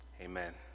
Amen